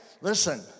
listen